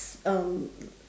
um